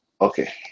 okay